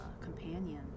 companion